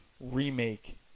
remake